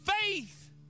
faith